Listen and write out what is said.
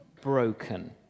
broken